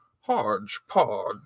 hodgepodge